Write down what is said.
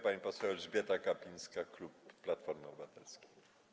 Pani poseł Elżbieta Gapińska, klub Platformy Obywatelskiej.